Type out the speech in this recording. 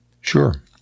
Sure